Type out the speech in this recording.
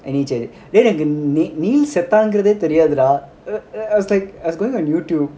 சரி:sari செத்தாங்கலானேதெரியாதுடா:setthangkalanetheriyadhuda e~ e~ I was like I was going on youtube